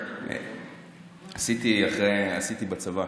עשיתי בצבא.